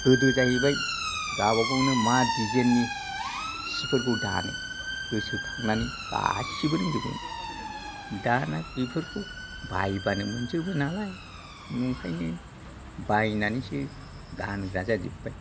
गोदो जाहैबाय गावबा गावनो मा दिजाइन नि सिफोरखौ दानो गोसोखांनानै गासिबो रोंजोबोमोन दाना बिफोरखौ बायबानो मोनजोबो नालाय नंखायनो बायनानैसो गानग्रा जाजोब्बाय